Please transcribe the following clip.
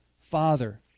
Father